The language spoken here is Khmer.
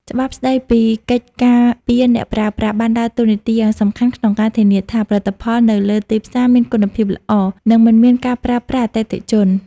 ច្បាប់ស្ដីពីកិច្ចការពារអ្នកប្រើប្រាស់ បានដើរតួនាទីយ៉ាងសំខាន់ក្នុងការធានាថា ផលិតផលនៅលើទីផ្សារមានគុណភាពល្អ និងមិនមានការបោកប្រាស់អតិថិជន។